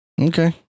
Okay